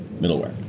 middleware